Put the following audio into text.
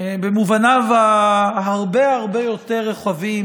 במובנים הרבה הרבה יותר רחבים,